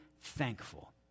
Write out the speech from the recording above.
thankful